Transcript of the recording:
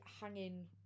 hanging